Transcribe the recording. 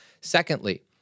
Secondly